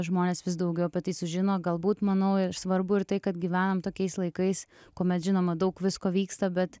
žmonės vis daugiau apie tai sužino galbūt manau svarbu ir tai kad gyvenam tokiais laikais kuomet žinoma daug visko vyksta bet